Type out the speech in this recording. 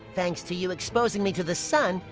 thanks to you exposing me to the sun,